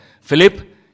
Philip